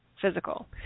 Physical